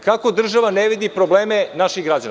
Kako država ne vidi probleme naših građana?